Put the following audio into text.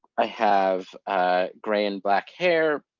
i have a gray and black hair.